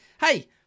Hey